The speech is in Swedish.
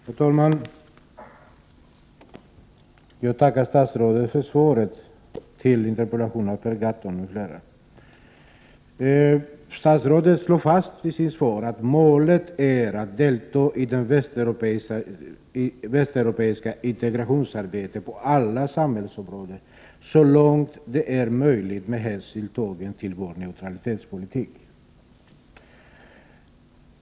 Herr talman! Jag tackar statsrådet för svaret på interpellationen av Per Gahrton m.fl. Statsrådet slog fast i sitt svar att målet är att delta i det västeuropeiska integrationsarbetet på alla samhällsområden, så långt det är möjligt med hänsyn tagen till vår neutralitetspolitik.